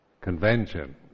convention